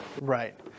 Right